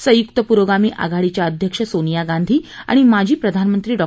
संयुक्त पुरोगामी आघाडीच्या अध्यक्ष सोनिया गांधी आणि माजी प्रधानमंत्री डॉ